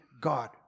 God